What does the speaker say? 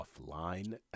offline